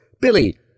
Billy